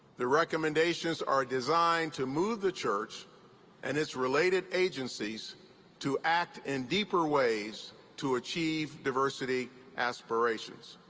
the recommendations are designed to move the church and its related agencies to act in deeper ways to achieve diversity aspirations.